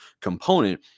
component